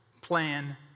plan